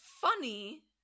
funny